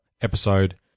episode